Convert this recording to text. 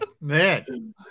Man